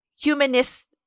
humanist